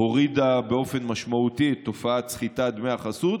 הורידה באופן משמעותי את תופעת סחיטת דמי חסות.